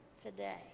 today